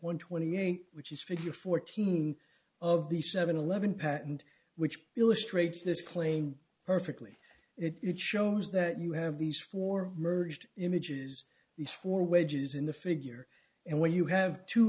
one twenty eight which is for your fourteen of the seven eleven patent which illustrates this claim perfectly it shows that you have these four merged images these four wedges in the figure and when you have t